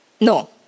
No